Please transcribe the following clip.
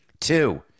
Two